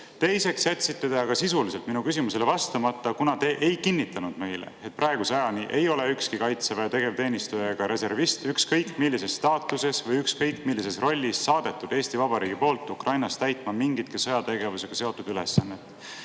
Teiseks jätsite aga sisuliselt minu küsimusele vastamata, kuna te ei kinnitanud meile, et praeguse ajani ei ole ükski Kaitseväe tegevteenistuja ega reservist ükskõik millises staatuses või ükskõik millises rollis saadetud Eesti Vabariigi poolt Ukrainas täitma mingit sõjategevusega seotud ülesannet.